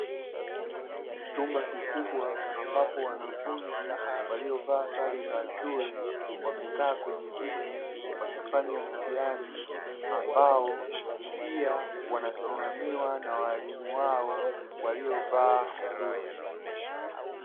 Chumba kikubwa, ambapo wanafunzi waliovaa sare za shule, wamekaa kwenye viti, wakifanya mtihani, ambao pia wanasimamiwa na walimu wao waliovaa suti.